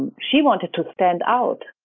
she wanted to stand out,